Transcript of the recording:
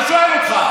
אני שואל אותך.